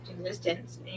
existence